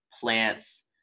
plants